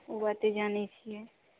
ओ बात तऽ जानैत छियै